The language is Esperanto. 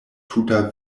tuta